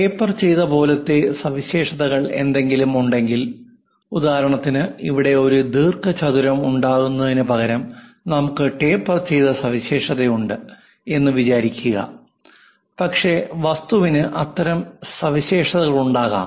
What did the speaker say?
taper ചെയ്ത പോലത്തെ സവിശേഷതകൾ എന്തെങ്കിലും ഉണ്ടെങ്കിൽ ഉദാഹരണത്തിന് ഇവിടെ ഒരു ദീർഘചതുരം ഉണ്ടാകുന്നതിനുപകരം നമുക്ക് ടേപ്പർ ചെയ്ത സവിശേഷതയുണ്ട് എന്ന് വിചാരിക്കുക ഒരുപക്ഷേ വസ്തുവിന് അത്തരം സവിശേഷതകളുണ്ടാകാം